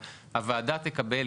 הוועדה תקבל,